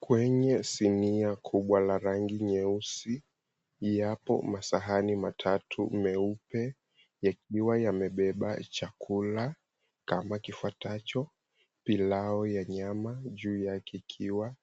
Kwenye sinia kubwa la rangi nyeusi, yapo masahani matatu meupe, yakiwa yamebeba chakula kama kifuatacho, pilau ya nyama juu yake ikiwa